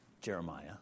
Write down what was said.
Jeremiah